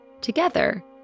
Together